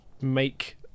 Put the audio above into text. make